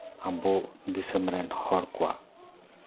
ᱟᱵᱚ ᱫᱤᱥᱚᱢ ᱨᱮᱱ ᱦᱚᱲ ᱠᱚᱣᱟᱜ